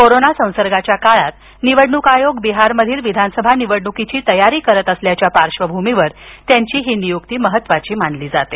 corona संसर्गाच्या काळात निवडणूक आयोग बिहारमधील विधानसभा निवडणुकीची तयारी करत असल्याच्या पार्श्वभूमीवर त्यांची ही नियुक्ती झाली आहे